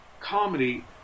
Comedy